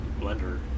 blender